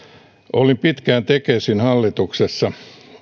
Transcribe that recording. olin pitkään tekesin hallituksessa